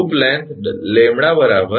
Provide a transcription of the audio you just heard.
8 𝑚 હશે